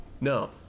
No